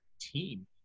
team